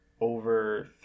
over